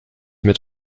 mit